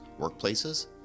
workplaces